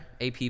AP